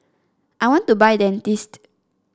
I want to buy Dentiste